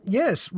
yes